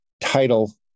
title